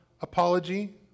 apology